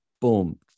boom